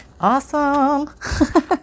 awesome